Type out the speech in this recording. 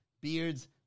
beards